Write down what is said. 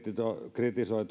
kritisoi